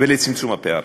ולצמצום הפערים.